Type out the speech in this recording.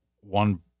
One